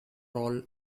all